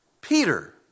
Peter